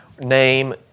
name